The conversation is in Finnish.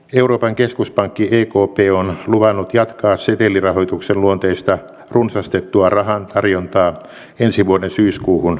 euroopan keskuspankki ekp on luvannut jatkaa setelirahoituksen luonteista runsastettua rahan tarjontaa ensi vuoden syyskuuhun asti